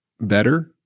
better